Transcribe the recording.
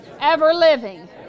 ever-living